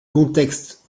contexte